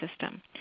system